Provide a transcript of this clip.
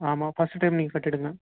ஆமாம் first time நீங்கள் கட்டிவிடுங்க